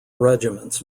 regiments